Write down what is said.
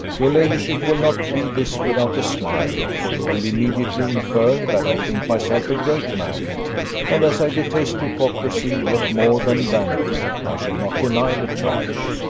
your ladyship will not read this without a smile for you will immediately infer, that i think myself a great man and as i detest hypocrisy yet more than vanity, i shall not deny the charge.